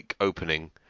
opening